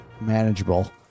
manageable